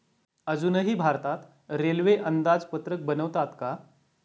अजूनही भारतात रेल्वे अंदाजपत्रक बनवतात का?